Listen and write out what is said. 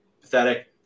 Pathetic